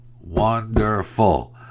wonderful